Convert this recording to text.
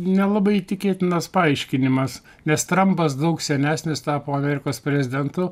nelabai tikėtinas paaiškinimas nes trampas daug senesnis tapo amerikos prezidentu